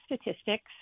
statistics